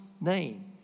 name